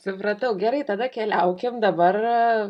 supratau gerai tada keliaukim dabar